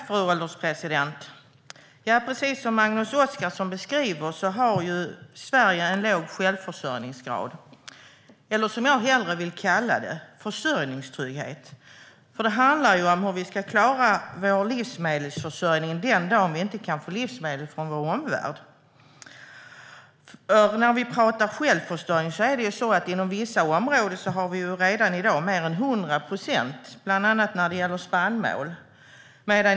Fru ålderspresident! Som Magnus Oscarsson beskriver har Sverige en låg grad av självförsörjning, eller försörjningstrygghet som jag hellre vill kalla det. För det handlar ju om hur vi ska klara vår livsmedelsförsörjning den dag vi inte kan få livsmedel från vår omvärld. Inom vissa områden har vi redan i dag mer än 100 procents självförsörjning, bland annat när det gäller spannmål.